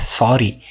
sorry